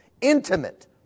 intimate